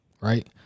right